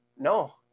No